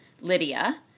Lydia